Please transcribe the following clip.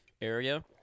area